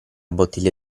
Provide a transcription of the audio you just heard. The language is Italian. bottiglia